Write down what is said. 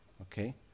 Okay